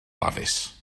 dafis